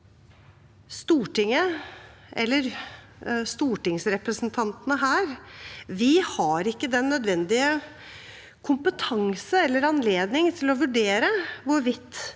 Stortinget eller stortingsrepresentantene her har ikke den nødvendige kompetanse eller anledning til å vurdere hvorvidt